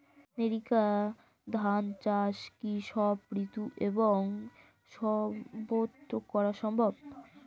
NERICA ধান চাষ কি সব ঋতু এবং সবত্র করা সম্ভব?